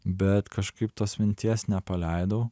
bet kažkaip tos minties nepaleidau